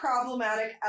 problematic